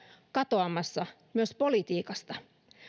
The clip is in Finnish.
katoamassa myös politiikasta